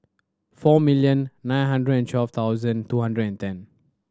four million nine hundred and twelve thousand two hundred and ten